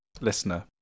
listener